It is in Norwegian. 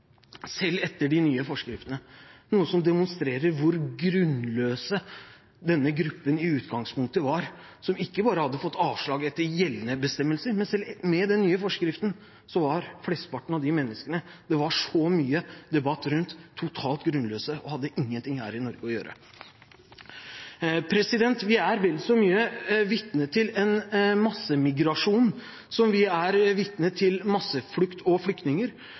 selv etter de nye forskriftene, noe som demonstrerer hvor grunnløse denne gruppen i utgangspunktet var. Ikke bare hadde de fått avslag etter gjeldende bestemmelser, men selv med den nye forskriften var flesteparten av de menneskene det var så mye debatt rundt, totalt grunnløse og hadde ingenting her i Norge å gjøre. Vi er vel så mye vitne til en massemigrasjon som vi er vitne til masseflukt og flyktninger,